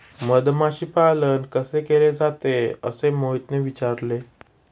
मधमाशी पालन कसे केले जाते? असे मोहितने विचारले